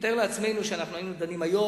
נתאר לעצמנו שאנחנו היינו דנים היום,